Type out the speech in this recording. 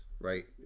right